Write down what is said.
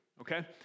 Okay